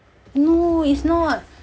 no it's not